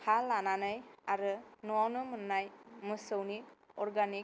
हा लानानै आरो न'आवनो मोन्नाय मोसौनि अर्गानिक